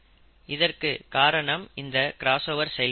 இதற்குக் காரணம் இந்த கிராஸ்ஓவர் செயல்முறை தான்